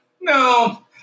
No